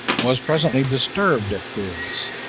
was presently disturbed at this,